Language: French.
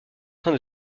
train